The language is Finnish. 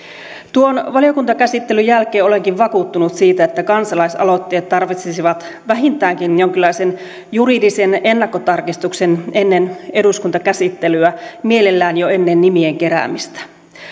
tuon valiokuntakäsittelyn jälkeen olenkin vakuuttunut siitä että kansalaisaloitteet tarvitsisivat vähintäänkin jonkinlaisen juridisen ennakkotarkistuksen ennen eduskuntakäsittelyä mielellään jo ennen nimien keräämistä